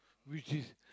which is